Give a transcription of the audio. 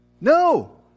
No